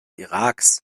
iraks